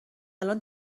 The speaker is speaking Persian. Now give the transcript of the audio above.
الان